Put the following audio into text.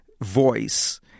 voice